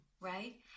right